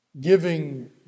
giving